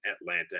Atlanta